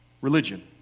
religion